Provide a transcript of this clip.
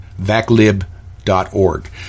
Vaclib.org